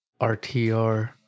RTR